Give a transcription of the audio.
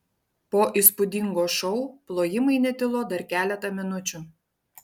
po įspūdingo šou plojimai netilo dar keletą minučių